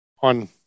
on